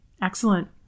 Excellent